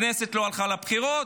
הכנסת לא הלכה לבחירות.